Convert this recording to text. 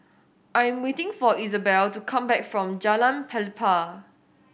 I'm waiting for Isabelle to come back from Jalan Pelepah